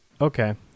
Okay